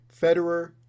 Federer